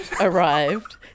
arrived